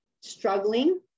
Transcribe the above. struggling